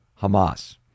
Hamas